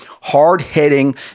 hard-hitting